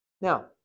Now